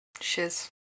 shiz